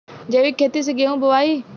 जैविक खेती से गेहूँ बोवाई